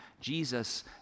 Jesus